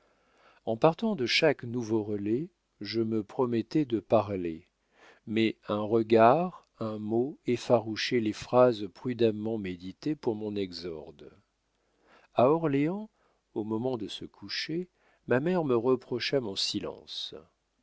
en partant de chaque nouveau relais je me promettais de parler mais un regard un mot effarouchaient les phrases prudemment méditées pour mon exorde a orléans au moment de se coucher ma mère me reprocha mon silence